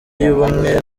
y’ubumwe